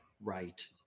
right